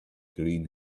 green